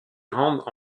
rendent